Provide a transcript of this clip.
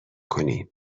کنیم